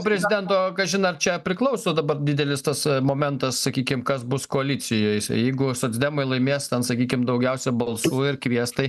prezidento kažin ar čia priklauso dabar didelis tas momentas sakykim kas bus koalicijoj jeigu socdemai laimės sakykim daugiausia balsų ir kvies tai